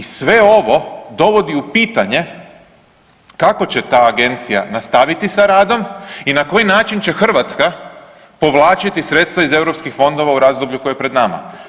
I sve ovo dovodi u pitanje kako će ta Agencija nastaviti sa radom i na koji način će Hrvatska povlačiti sredstva iz europskih fondova u razdoblju koje je pred nama?